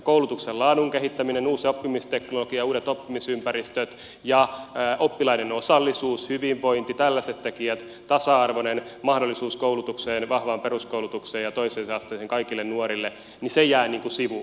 koulutuksen laadun kehittäminen uusi oppimisteknologia uudet oppimisympäristöt ja oppilaiden osallisuus hyvinvointi tällaiset tekijät tasa arvoinen mahdollisuus koulutukseen vahvaan peruskoulutukseen ja toiseen asteeseen kaikille nuorille jäävät niin kuin sivuun